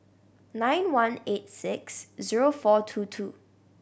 nine one eight six zero four two two